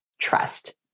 trust